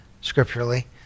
scripturally